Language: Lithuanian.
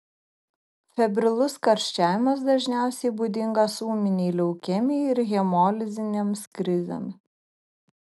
febrilus karščiavimas dažniausiai būdingas ūminei leukemijai ir hemolizinėms krizėms